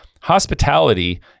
Hospitality